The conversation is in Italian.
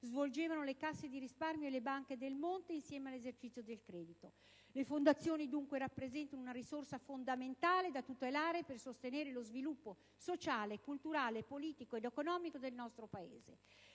svolgevano le Casse di risparmio e le Banche del Monte insieme all'esercizio del credito. Le fondazioni, dunque, rappresentano una risorsa fondamentale da tutelare per sostenere lo sviluppo sociale, culturale, politico ed economico del nostro Paese.